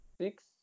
six